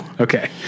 Okay